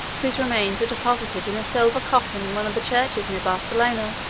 whose remains were deposited in a silver coffin in one of the churches near barcelona,